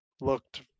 looked